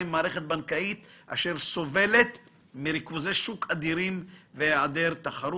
מהמערכת הבנקאית אשר סובלת מריכוזי שוק אדירים והעדר תחרות.